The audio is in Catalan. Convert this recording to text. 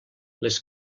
les